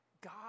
God